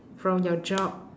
from your job